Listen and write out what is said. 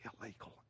illegal